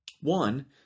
One